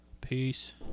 peace